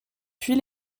puis